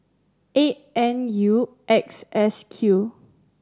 eight N U X S Q